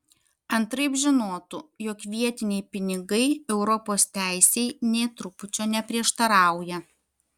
antraip žinotų jog vietiniai pinigai europos teisei nė trupučio neprieštarauja